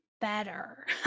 better